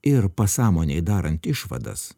ir pasąmonei darant išvadas